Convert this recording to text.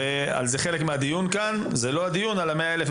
זה חלק מהדיון אבל זה לא הדיון על ה-100 אלף.